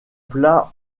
plat